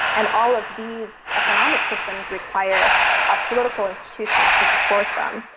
and all of these economic systems require ah political institutions to support them.